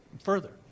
Further